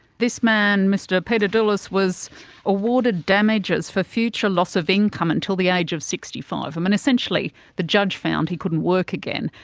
this man, mr peter doulis, was awarded damages for future loss of income until the age of sixty five. and essentially the judge found he couldn't work again.